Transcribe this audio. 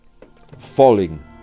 falling